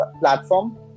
platform